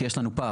כי יש לנו פער,